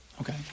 Okay